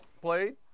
played